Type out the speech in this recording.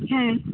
ᱦᱮᱸ